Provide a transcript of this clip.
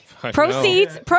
Proceeds